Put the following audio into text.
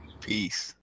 Peace